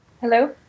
hello